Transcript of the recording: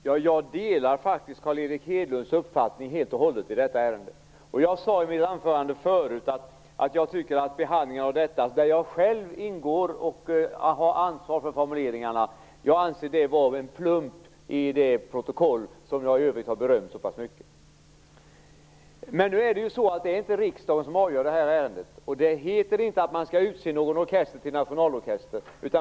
Värderade talman! Jag delar faktiskt Carl Erik Hedlunds uppfattning helt och hållet i detta ärende. Jag sade förut i mitt anförande att jag tycker att behandlingen av detta ärende är en plump i det protokoll som jag i övrigt har berömt. Jag ingår själv bland dem som har ansvar för formuleringarna. Men det är inte riksdagen som avgör det här ärendet. Det heter inte att man skall utse någon orkester till nationalorkester.